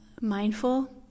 mindful